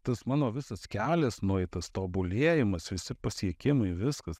tas mano visas kelias nueitas tobulėjimas visi pasiekimai viskas